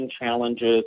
challenges